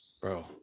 bro